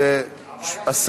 הבעיה,